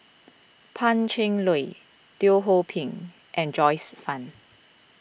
Pan Cheng Lui Teo Ho Pin and Joyce Fan